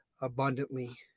abundantly